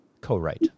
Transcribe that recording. co-write